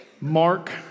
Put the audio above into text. Mark